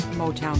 Motown